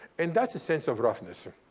and that's the sense of roughness.